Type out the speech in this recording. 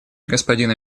господина